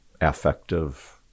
affective